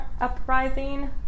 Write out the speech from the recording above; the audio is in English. uprising